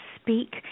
speak